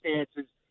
circumstances